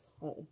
home